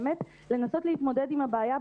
לנסות להתמודד עם הבעיה,